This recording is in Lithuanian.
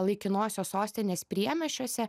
laikinosios sostinės priemiesčiuose